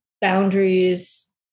boundaries